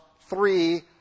three